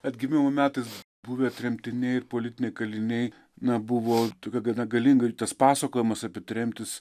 atgimimo metais buvę tremtiniai ir politiniai kaliniai na buvo tokia gana galinga ir tas pasakojimas apie tremtis